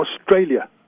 australia